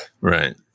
right